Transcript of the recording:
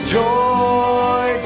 joy